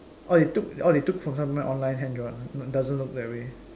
or they took they took from somewhere online hand-drawn doesn't look that way